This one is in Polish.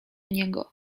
niego